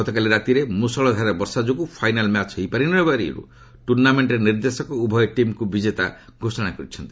ଗତକାଲି ରାତିରେ ମୃଷଳଧାରାରେ ବର୍ଷା ଯୋଗୁଁ ଫାଇନାଲ୍ ମ୍ୟାଚ୍ ହୋଇ ନପାରିବାରୁ ଟୁର୍ଣ୍ଣାମେଣ୍ଟର ନିର୍ଦ୍ଦେଶକ ଉଭୟ ଟିମ୍କୁ ବିଜେତା ଘୋଷଣା କରିଛନ୍ତି